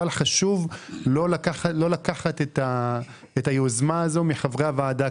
אבל חשוב לא לקחת את היוזמה הזו מחברי הוועדה.